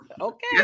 Okay